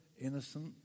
innocent